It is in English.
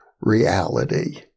reality